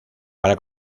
para